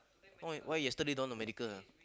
why why yesterday don't want to medical